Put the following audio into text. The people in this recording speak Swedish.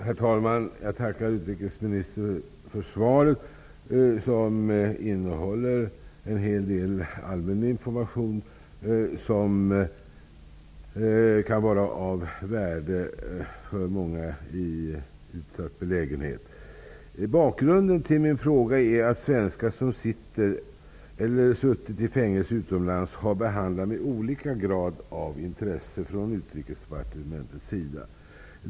Herr talman! Jag tackar utrikesministern för svaret. Det innehåller en hel del allmän information som kan vara av värde för många i utsatt belägenhet. Bakgrunden till min fråga är att svenskar som sitter eller har suttit i fängelse utomlands har behandlats med olika grad av intresse från Utrikesdepartementets sida.